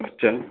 अच्छा